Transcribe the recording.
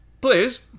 please